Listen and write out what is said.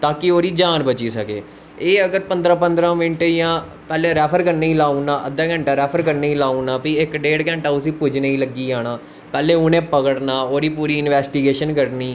ताकि ओह्दी जान बची सकै एह् अगर पंदरां पंगरां मिन्ट जां पैह्लैं रैफर करनें गी लाउड़ना अद्धे दा घैंटा रैफर करनें गी लाई ओड़ना फ्ही इक डेड़ घैंटा उसी पुज्जनें गी लग्गी जाना पैह्लैं उनैं पकड़ना ओह्दी पूरी इंबैस्टिगेशन करनी